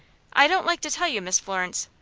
i don't like to tell you, miss florence.